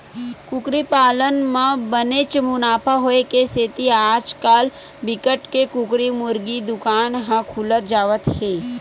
कुकरी पालन म बनेच मुनाफा होए के सेती आजकाल बिकट के कुकरी मुरगी दुकान ह खुलत जावत हे